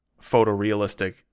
photorealistic